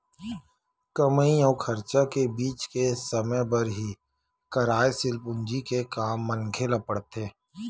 कमई अउ खरचा के बीच के समे बर ही कारयसील पूंजी के काम मनखे ल पड़थे